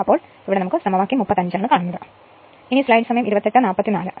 അതിനാൽ ഇത് സമവാക്യം 35 ആണ്